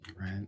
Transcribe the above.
right